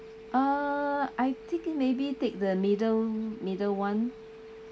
uh I thinking maybe take the middle middle [one]